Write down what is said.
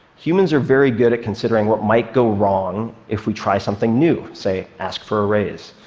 humans are very good at considering what might go wrong if we try something new, say, ask for a raise.